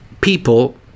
people